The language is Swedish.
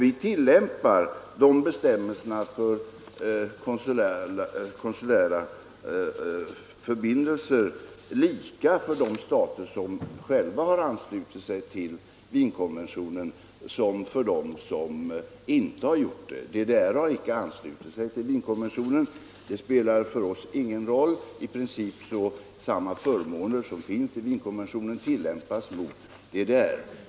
Vi tillämpar bestämmelserna där om konsulära förbindelser lika för de stater som själva har anslutit sig till Wienkonventionen och för dem som inte har gjort det. DDR har icke anslutit sig till Wienkonventionen. Det spelar för oss ingen roll; samma förmåner som anges i Wienkonventionen tillämpas mot DDR.